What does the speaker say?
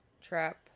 trap